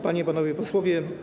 Panie i Panowie Posłowie!